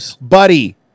buddy